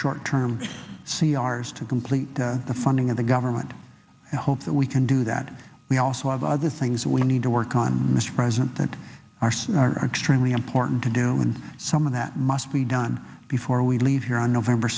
short term c r is to complete the funding of the government and hope that we can do that we also have other things that we need to work on mr president that arson are extremely important to do and something that must be done before we leave here on november